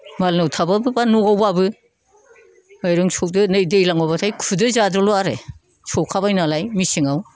मालायनावथाब्लाबो बा न'आवब्लाबो माइरं सौदो नै दैज्लाङावब्लाथाय खुदो जादोल' आरो सौखाबाय नालाय मेसेङाव